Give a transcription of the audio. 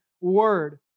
word